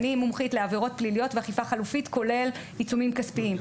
אני מומחית לעבירות פליליות ואכיפה חלופית כולל עיצומים כספיים,